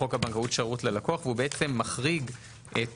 לחוק הבנקאות (שירות ללקוח) והוא בעצם מחריג את